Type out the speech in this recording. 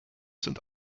sind